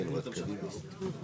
זה --- ותוכניות של כמה יחידות דיור?